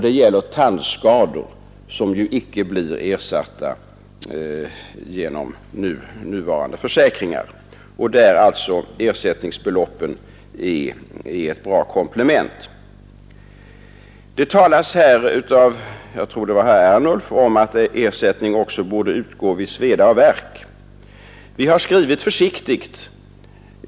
Det gäller tandskador, som ju icke blir ersatta genom nuvarande försäkringar och där alltså ersättningsbeloppen är ett bra komplement. Det talades här om — jag tror det var herr Ernulf — att ersättning också borde utgå för sveda och värk.